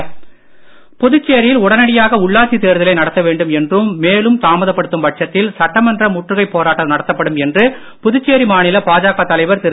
புதுச்சேரி பாஜக புதுச்சேரியில் உடனடியாக உள்ளாட்சி தேர்தலை நடத்த வேண்டும் என்றும் மேலும் தாமதப்படுத்தும் பட்சத்தில் சட்டமன்ற முற்றுகைப் போராட்டம் நடத்தப்படும் என்று புதுச்சேரி மாநில பாஜக தலைவர் திரு